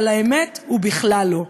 אבל האמת, הוא בכלל לא.